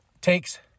takes